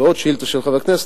ועוד שאילתא של חבר כנסת,